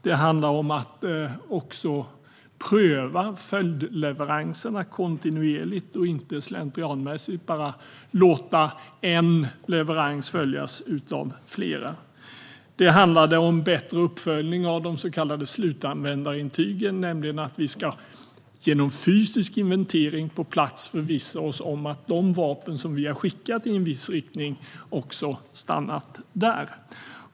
Det handlar om att pröva följdleveranserna kontinuerligt och inte slentrianmässigt bara låta en leverans följas av fler. Det handlar om bättre uppföljning av de så kallade slutanvändarintygen, som innebär att vi genom fysisk inventering på plats förvissar oss om att de vapen som vi har skickat i en viss riktning också har stannat där.